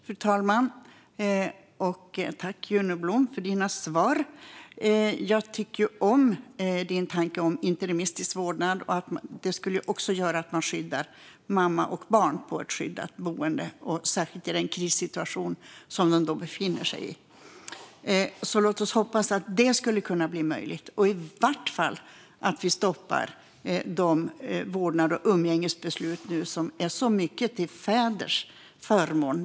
Fru talman! Tack, Juno Blom, för dina svar! Jag tycker om din tanke om interimistisk vårdnad. Det skulle göra att man skyddar mamma och barn på ett skyddat boende, särskilt i den krissituation som de befinner sig i. Låt oss därför hoppas på att det skulle kunna bli möjligt eller i vart fall att vi stoppar de vårdnads och umgängesbeslut som nu är så mycket till fäders förmån.